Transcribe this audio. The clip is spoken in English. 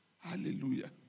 Hallelujah